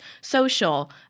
social